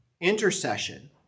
intercession